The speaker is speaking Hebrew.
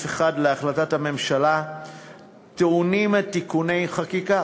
1 להחלטת הממשלה טעונים תיקוני חקיקה.